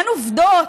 אין עובדות.